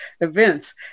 events